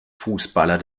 fußballer